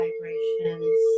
vibrations